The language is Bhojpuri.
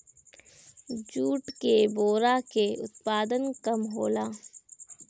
जूट के बोरा के उत्पादन कम होला